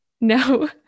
no